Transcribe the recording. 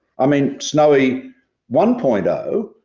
i mean, snowy one point ah